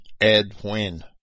Edwin